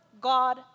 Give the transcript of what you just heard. God